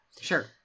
Sure